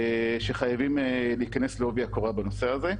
שחייבים להיכנס לעובי הקורה בנושא הזה.